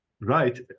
Right